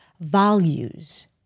values